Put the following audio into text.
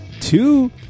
Two